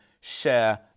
share